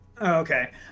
Okay